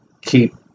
keep